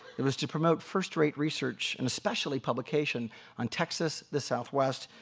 it was to promote first rate research and especially publication on texas, the southwest,